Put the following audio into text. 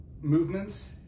movements